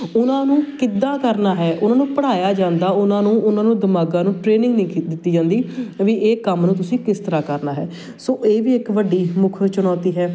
ਉਹਨਾਂ ਨੂੰ ਕਿੱਦਾਂ ਕਰਨਾ ਹੈ ਉਹਨਾਂ ਨੂੰ ਪੜ੍ਹਾਇਆ ਜਾਂਦਾ ਉਹਨਾਂ ਨੂੰ ਉਹਨਾਂ ਨੂੰ ਦਿਮਾਗਾਂ ਨੂੰ ਟ੍ਰੇਨਿੰਗ ਨਹੀਂ ਦਿੱਤੀ ਜਾਂਦੀ ਵੀ ਇਹ ਕੰਮ ਨੂੰ ਤੁਸੀਂ ਕਿਸ ਤਰ੍ਹਾਂ ਕਰਨਾ ਹੈ ਸੋ ਇਹ ਵੀ ਇੱਕ ਵੱਡੀ ਮੁੱਖ ਚੁਣੌਤੀ ਹੈ